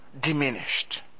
diminished